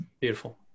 Beautiful